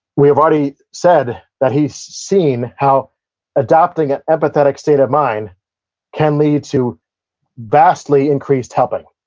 we have already said that he's seen how adapting an empathetic state of mind can lead to vastly increased helping.